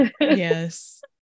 Yes